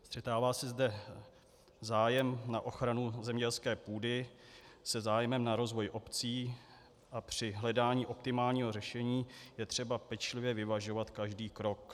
Střetává se zde zájem na ochranu zemědělské půdy se zájmem na rozvoji obcí a při hledání optimálního řešení je třeba pečlivě vyvažovat každý krok.